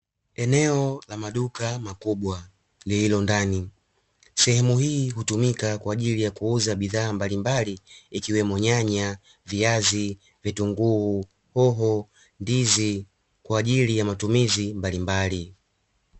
Eneo la maduka makubwa, lililo ndani. Sehemu hii hutumika kwa ajili ya kuuza bidhaa mbalimbali, ikiwemo nyanya, viazi, vitunguu, hoho, ndizi kwa ajili ya matumizi mbalimbali.